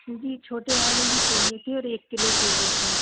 जी छोटे वाले ही चाहिए थे और एक किलो चाहिए थे